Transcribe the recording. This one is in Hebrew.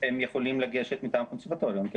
הם יכולים לגשת מטעם הקונסרבטוריון.